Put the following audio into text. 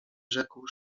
rzekł